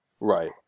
Right